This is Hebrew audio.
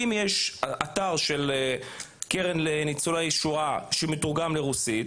אם יש אתר של הקרן לניצולי שואה שמתורגם לרוסית,